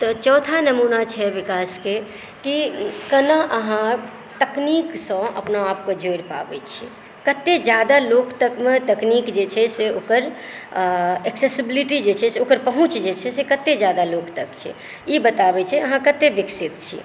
तऽ चौथा नमुना छै विकासकेँ कि केना अहाँ तकनीकसँ अपनाआपके जोड़ि पाबै छी कते ज्यादा लोक तक मे तकनीक जे छै से ओकर एक्ससेबिलिटी जे छै से ओकर पहुँच जे छै से कतेक जादा लोक तक छै ई बताबय छै अहाँ कते विकसित छी